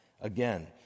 again